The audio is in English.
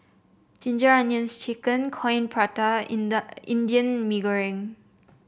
Ginger Onions chicken Coin Prata and Indian Mee Goreng